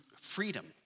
freedom